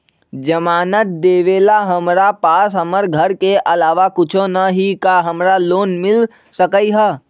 जमानत देवेला हमरा पास हमर घर के अलावा कुछो न ही का हमरा लोन मिल सकई ह?